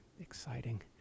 exciting